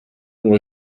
uhr